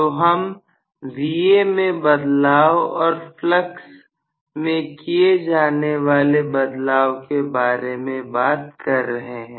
तो हम Va में बदलाव और प्लक्स में किए जाने वाले बदलाव के बारे में बात कर रहे हैं